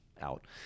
out